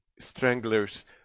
stranglers